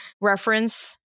reference